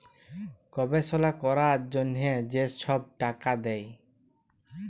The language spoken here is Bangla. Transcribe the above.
গবেষলা ক্যরার জ্যনহে যে ছব টাকা দেয়